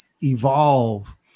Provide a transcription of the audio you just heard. evolve